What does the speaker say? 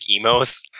emos